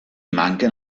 manquen